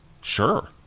Sure